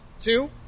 Two